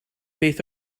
beth